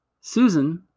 Susan